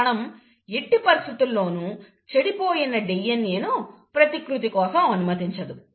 ఒక కణం ఎట్టి పరిస్థితుల్లోనూ చెడిపోయిన DNAను ప్రతికృతి కోసం అనుమతించలేదు